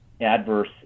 adverse